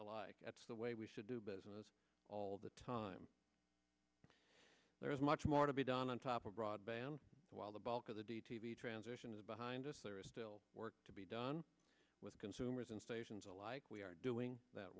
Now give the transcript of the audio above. alike that's the way we should do business all the time there is much more to be done on top of broadband while the bulk of the d t b transition is behind us there is still work to be done with consumers and stations alike we are doing that